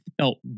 felt